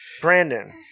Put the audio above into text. Brandon